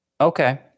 Okay